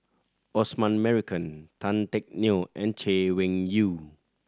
Osman Merican Tan Teck Neo and Chay Weng Yew